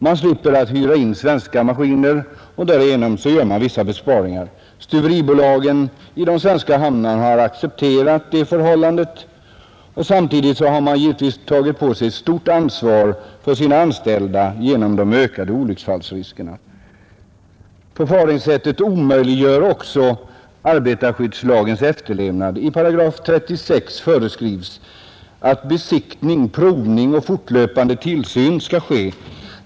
Man slipper hyra in svenska maskiner och därigenom gör man vissa besparingar. Stuveribolagen i de svenska hamnarna har accepterat detta förhållande. Samtidigt har man givetvis tagit på sig ett stort ansvar för sina anställda genom de ökade olycksfallsriskerna. Förfaringssättet omöjliggör också arbetarskyddslagens efterlevnad. I 36 § föreskrivs att besiktning, provning och fortlöpande tillsyn skall ske.